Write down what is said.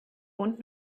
wohnt